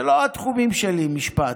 זה לא התחומים שלי, משפט.